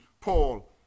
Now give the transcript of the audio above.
Paul